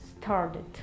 started